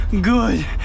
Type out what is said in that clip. good